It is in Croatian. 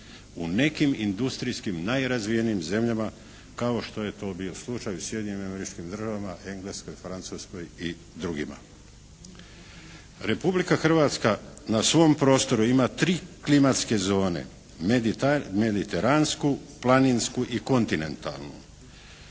u nekim industrijskim najrazvijenijim zemljama kao što je to bio slučaj u Sjedinjenim Američkim Državama, Engleskoj, Francuskoj i drugima. Republika Hrvatska na svom prostoru ima 3 klimatske zone – mediteransku, planinsku i kontinentalnu,